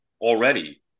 already –